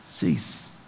Cease